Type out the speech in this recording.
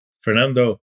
Fernando